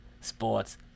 Sports